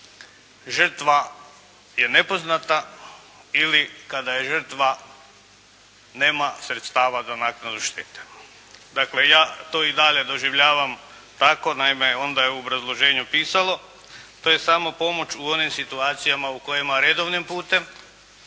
žrtva je nepoznata ili kada žrtva nema sredstava za naknadu štete. Dakle ja to i dalje doživljavam tako, naime onda je u obrazloženju pisalo, to je samo pomoć u onim situacijama u kojima redovnim putem